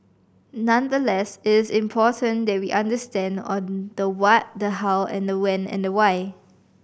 nonetheless it is important that we understand on the what the how and the when and the why